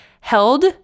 held